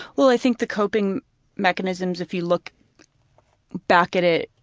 well i think the coping mechanisms, if you look back at it,